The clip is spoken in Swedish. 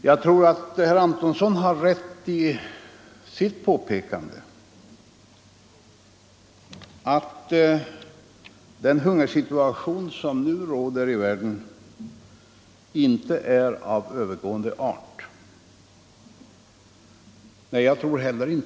Herr Antonsson har säkerligen rätt i sitt påpekande att den hungersituation som nu råder i världen inte är av övergående art.